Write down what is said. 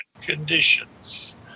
conditions